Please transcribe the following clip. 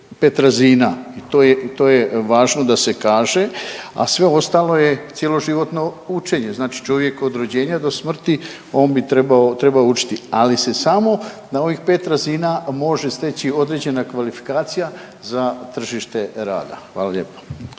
pet razina, to je važno da se kaže, a sve ostalo je cjeloživotno učenje. Znači čovjek od rođenja do smrti on bi trebao učiti, ali se samo na ovih pet razina može steći određena kvalifikacija za tržište rada. Hvala lijepa.